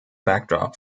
backdrop